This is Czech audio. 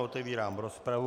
Otevírám rozpravu.